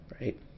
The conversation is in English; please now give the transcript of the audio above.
Right